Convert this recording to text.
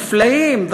מופלאים,